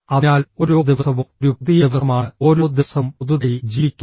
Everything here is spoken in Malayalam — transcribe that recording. അതിനാൽ ഓരോ ദിവസവും ഒരു പുതിയ ദിവസമാണ് ഓരോ ദിവസവും പുതുതായി ജീവിക്കുന്നു